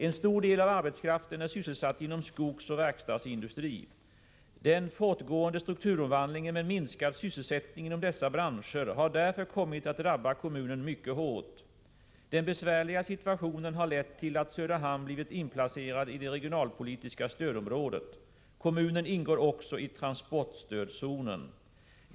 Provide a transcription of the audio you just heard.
En stor del av arbetskraften är sysselsatt inom skogsoch verkstadsindustri. Den fortgående strukturomvandlingen med minskad sysselsättning inom dessa branscher har därför kommit att drabba kommunen mycket hårt. Den besvärliga situationen har lett till att Söderhamn blivit inplacerad i det regionalpolitiska stödområdet. Kommunen ingår också i transportstödzonen.